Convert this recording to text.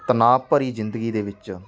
ਤਨਾਵ ਭਰੀ ਜ਼ਿੰਦਗੀ ਦੇ ਵਿੱਚ